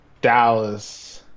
Dallas